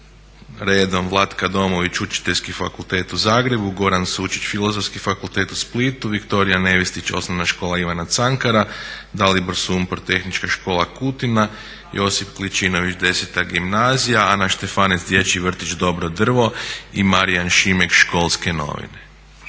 redom Vlatka Domović Učiteljski fakultet u Zagrebu, Goran Sučić Filozofski fakultet u Splitu, Viktorija Nevistić Osnovna škola Ivana Cankara, Dalibor Sumpor Tehnička škola Kutina, Josip Kličinović X. gimnazija, Ana Štefanec Dječji vrtić Dobro drvo i Marijan Šimek Školske novine.